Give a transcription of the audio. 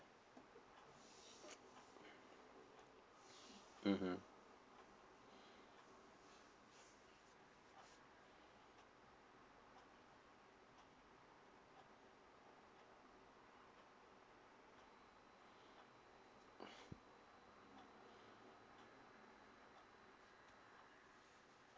mmhmm